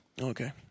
Okay